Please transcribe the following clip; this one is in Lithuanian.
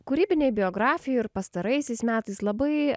kūrybinėj biografijoj ir pastaraisiais metais labai